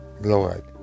Lord